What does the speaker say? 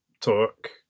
talk